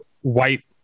white